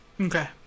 Okay